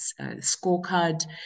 scorecard